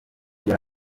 yari